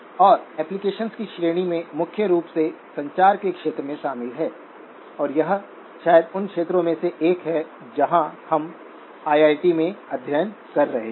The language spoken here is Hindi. और ऍप्लिकेशन्स की श्रेणी में मुख्य रूप से संचार के क्षेत्र में शामिल हैं और यह शायद उन क्षेत्रों में से एक है जहां हम आईआईटी में अध्ययन कर रहे हैं